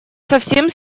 совсем